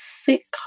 sick